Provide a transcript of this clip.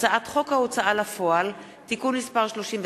הצעת חוק ההוצאה לפועל (תיקון מס' 39)